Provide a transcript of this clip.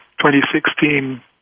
2016